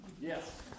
Yes